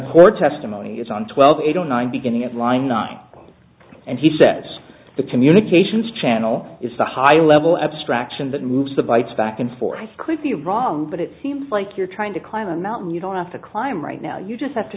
court testimony is on twelve eight zero nine beginning at line not and he says the communications channel is the high level abstraction that moves the bytes back and forth could be wrong but it seems like you're trying to climb a mountain you don't have to climb right now you just have to